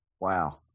wow